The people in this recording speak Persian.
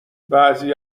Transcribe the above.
بعضی